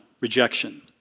rejection